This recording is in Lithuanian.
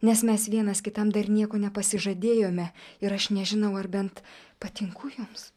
nes mes vienas kitam dar nieko nepasižadėjome ir aš nežinau ar bent patinku jums